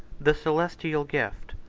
the celestial gift,